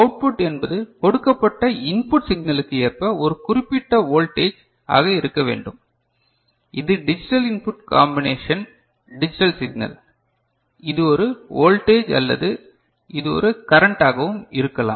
output என்பது கொடுக்கப்பட்ட input சிக்னலுக்கு ஏற்ப ஒரு குறிப்பிட்ட வோல்டேஜ் ஆக இருக்க வேண்டும் இது digital input combination digital signal இது ஒரு வோல்டேஜ் அல்லது இது ஒரு கரண்ட் ஆகவும் இருக்கலாம்